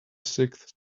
sixth